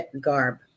garb